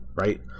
right